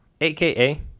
AKA